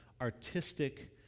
artistic